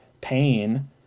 pain